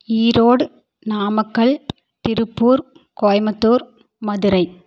Erode Namakkal Tiruppur Coimbatore Madurai